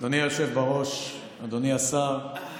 אדוני היושב-ראש, אדוני השר,